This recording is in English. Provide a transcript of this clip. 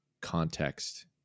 context